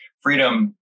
freedom